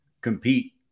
compete